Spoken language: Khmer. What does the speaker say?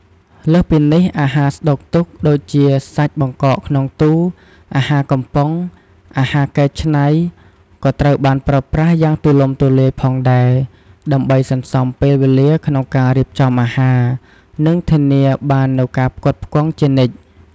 លើសពីនេះ អាហារស្តុកទុក ដូចជាសាច់បង្កកក្នុងទូរ អាហារកំប៉ុង អាហារកែច្នៃ ក៏ត្រូវបានប្រើប្រាស់យ៉ាងទូលំទូលាយផងដែរ ដើម្បីសន្សំពេលវេលាក្នុងការរៀបចំអាហារ និងធានាបាននូវការផ្គត់ផ្គង់ជានិច្ច។